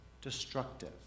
destructive